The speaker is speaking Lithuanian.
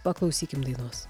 paklausykim dainos